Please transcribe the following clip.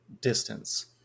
distance